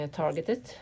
targeted